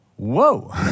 Whoa